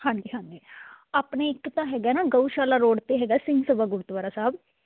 ਹਾਂਜੀ ਹਾਂਜੀ ਆਪਣੇ ਇੱਕ ਤਾਂ ਹੈਗਾ ਨਾ ਗਊਸ਼ਾਲਾ ਰੋਡ 'ਤੇ ਹੈਗਾ ਸਿੰਘ ਸਭਾ ਗੁਰਦੁਆਰਾ ਸਾਹਿਬ